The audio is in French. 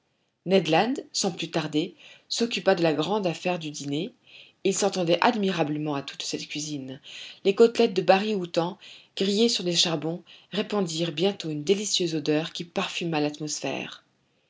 land sans plus tarder s'occupa de la grande affaire du dîner il s'entendait admirablement à toute cette cuisine les côtelettes de bari outang grillées sur des charbons répandirent bientôt une délicieuse odeur qui parfuma l'atmosphère